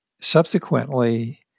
subsequently